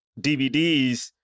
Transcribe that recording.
DVDs